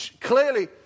Clearly